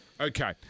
Okay